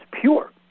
pure